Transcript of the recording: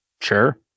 Sure